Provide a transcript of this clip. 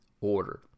order